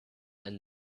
and